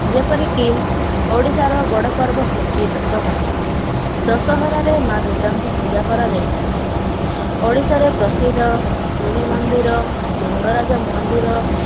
ଯେପରିକି ଓଡ଼ିଶାର ବଡ଼ ପର୍ବ ହେଉଛି ଦଶହରା ଦଶହରାରେ ମା' ଦୁର୍ଗାଙ୍କୁ ପୂଜା କରାଯାଇ ଥାଏ ଓଡ଼ିଶାରେ ପ୍ରସିଦ୍ଧ ପୁରୀ ମନ୍ଦିର ଲିଙ୍ଗରାଜ ମନ୍ଦିର